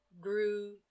grew